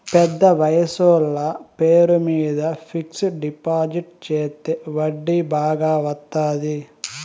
పెద్ద వయసోళ్ల పేరు మీద ఫిక్సడ్ డిపాజిట్ చెత్తే వడ్డీ బాగా వత్తాది